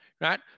right